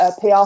PR